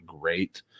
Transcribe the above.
great